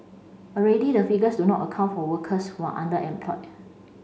already the figures do not account for workers who are underemployed